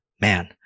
man